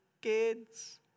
kids